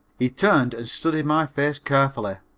he turned and studied my face carefully.